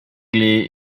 lee